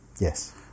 Yes